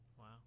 Wow